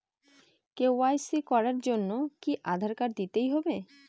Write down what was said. KYC করার জন্য কি আধার কার্ড দিতেই হবে?